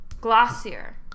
glossier